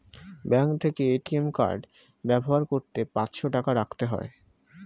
bank থেকে ATM card ব্যবহার করতে পাঁচশো টাকা রাখতে হয়